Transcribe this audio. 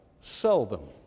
seldom